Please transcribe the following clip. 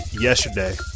yesterday